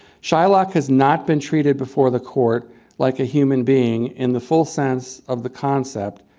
shylock has not been treated before the court like a human being in the full sense of the concept,